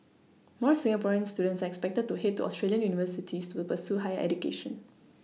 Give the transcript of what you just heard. more Singaporean students are expected to head to Australian universities to pursue higher education